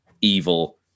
evil